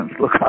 look